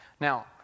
Now